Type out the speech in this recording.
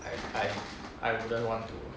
I I I wouldn't want to